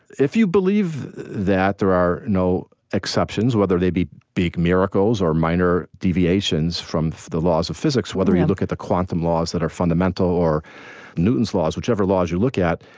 if you believe that there are no exceptions, whether they be big miracles or minor deviations from the laws of physics, whether you look at the quantum laws that are fundamental or newton's laws, whichever laws you look at,